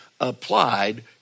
applied